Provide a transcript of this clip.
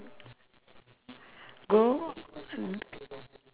go um